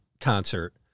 concert